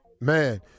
Man